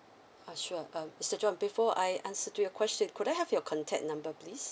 uh sure um mister John before I answer to your question could I have your contact number please